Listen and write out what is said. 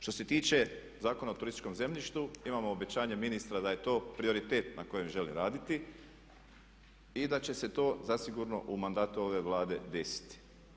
Što se tiče Zakona o turističkom zemljištu imamo obećanje ministra da je to prioritet na kojem želim raditi i da će se to zasigurno u mandatu ove Vlade desiti.